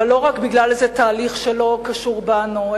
אבל לא רק בגלל איזה תהליך שלא קשור בנו,